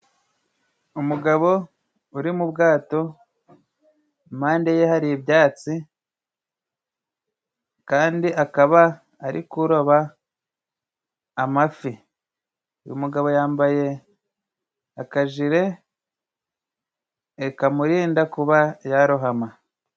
Umugabo uri mu bwato ,impande ye hari ibyatsi kandi akaba ari kuroba amafi .Uyu mugabo yambaye akajire kamurinda kuba yarohama.